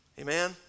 Amen